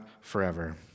forever